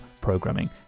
programming